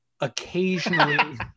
occasionally